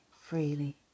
freely